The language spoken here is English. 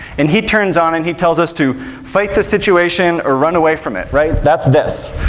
and he turns on and he tells us to fight the situation or run away from it, right? that's this.